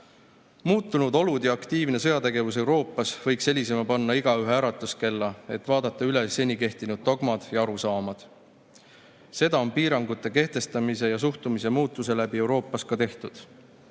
tajusid. Muutunud olud ja aktiivne sõjategevus Euroopas võiks helisema panna igaühe äratuskella, et vaadata üle seni kehtinud dogmad ja arusaamad. Seda on piirangute kehtestamise ja suhtumise muutusega Euroopas ka tehtud.